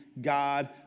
God